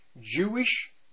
Jewish